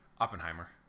Oppenheimer